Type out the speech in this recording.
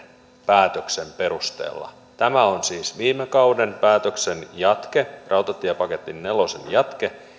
päätöksen perusteella tämä on siis viime kauden päätöksen jatke rautatiepaketti nelosen jatke